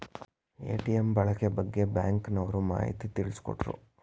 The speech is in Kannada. ಎ.ಟಿ.ಎಂ ಬಳಕೆ ಬಗ್ಗೆ ಬ್ಯಾಂಕಿನವರು ಮಾಹಿತಿ ತಿಳಿಸಿಕೊಟ್ಟರು